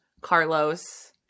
Carlos